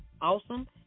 awesome